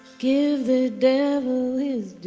give the devil his